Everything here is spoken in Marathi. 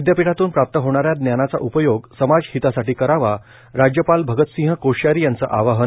विदयापीठातून प्राप्त होणाऱ्या ज्ञानाचा उपयोग समाज हितासाठी करावा राज्यपाल भगतसिंग कोश्यारी यांचं आवाहन